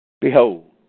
Behold